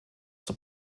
son